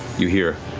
you hear